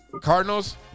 Cardinals